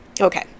Okay